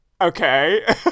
Okay